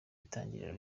itangiriro